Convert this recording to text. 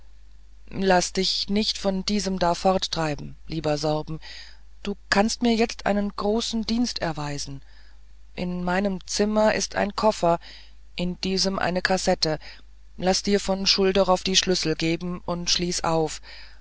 laß dich nicht von diesem da forttreiben lieber sorben du kannst mir jetzt einen großen dienst erweisen in meinem zimmer ist ein koffer in diesem eine kassette laß dir von schulderoff die schlüssel geben und schließ auf